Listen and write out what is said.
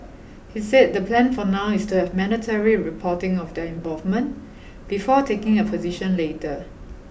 he said the plan for now is to have mandatory reporting of their involvement before taking a position later